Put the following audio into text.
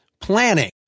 planning